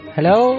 Hello